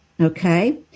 okay